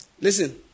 Listen